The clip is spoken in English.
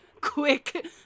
quick